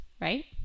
right